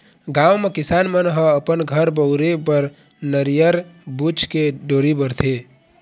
गाँव म किसान मन ह अपन घर बउरे बर नरियर बूच के डोरी बरथे